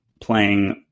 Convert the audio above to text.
playing